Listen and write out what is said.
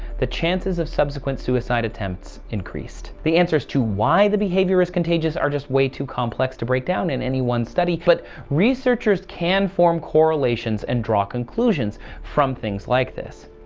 the chances of subsequent suicide attempts increased the answers to why the behavior is contagious, are just way too complex to break down in any one study. but researchers can form correlations and draw conclusions from things like this.